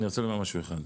אני רוצה לומר משהו אחד.